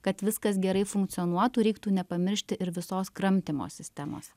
kad viskas gerai funkcionuotų reiktų nepamiršti ir visos kramtymo sistemos